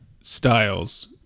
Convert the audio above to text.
styles